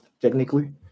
technically